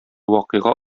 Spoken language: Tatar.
вакыйга